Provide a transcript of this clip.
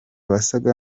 wasaga